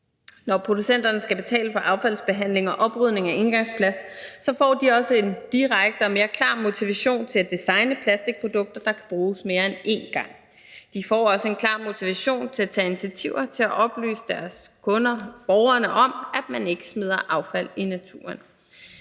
Når producenterne skal betale for affaldsbehandling og oprydning af engangsplast, får de også en direkte og mere klar motivation til at designe plastikprodukter, der kan bruges mere end én gang. De får også en klar motivation til at tage initiativer til at oplyse deres kunder, borgerne om, at man ikke smider affald i naturen.